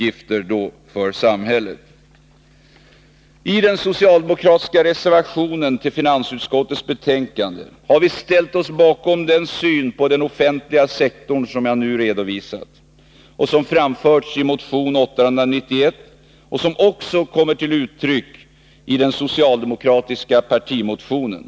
I den socialdemokratiska reservationen 2 till finansutskottets betänkande har vi ställt oss bakom den syn på den offentliga sektorn som jag nu redovisat och som också framförts i motion 891 och kommit till uttryck i den socialdemokratiska partimotionen.